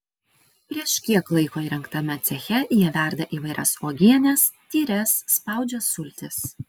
prieš kiek laiko įrengtame ceche jie verda įvairias uogienes tyres spaudžia sultis